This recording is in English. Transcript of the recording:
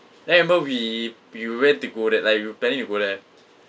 then I remember we we went to go there like we were planning to go there